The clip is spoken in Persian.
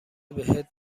بهت